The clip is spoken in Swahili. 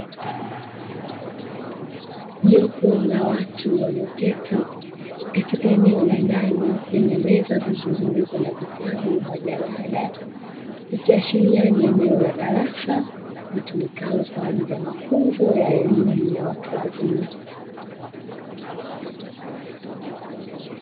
Jopo la watu walioketi katika eneo la ndani lenye meza zilizozungukwa na vitabu, majalada; ikiashiria ni eneo la darasa litumikalo kwa ajili ya mafunzo ya elimu ya watu wazima.